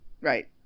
Right